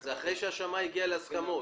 זה אחרי שהשמאי הגיע להסכמות.